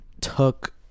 took